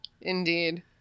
Indeed